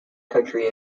country